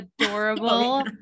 adorable